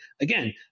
Again